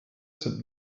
sind